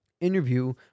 interview